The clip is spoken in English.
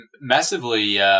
massively –